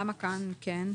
למה כאן כן?